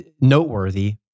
noteworthy